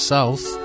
South